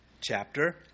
chapter